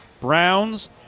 Browns